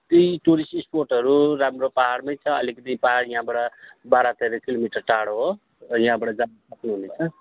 त्यही टुरिस्ट स्पोटहरू राम्रो पाहाडमै छ अलिकति पाहाड यहाँबाट बाह्र तेह्र किलोमिटर टाढो हो यहाँबाट जान सक्नुहुनेछ